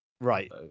right